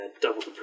double